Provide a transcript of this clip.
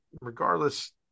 regardless